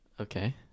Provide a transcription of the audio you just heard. Okay